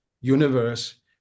universe